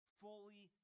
fully